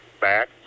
back